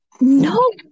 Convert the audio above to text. No